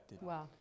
wow